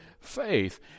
faith